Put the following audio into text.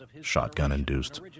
shotgun-induced